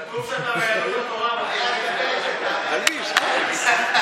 כתוב שאתה מיהדות התורה, היה שווה שתעלה,